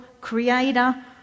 creator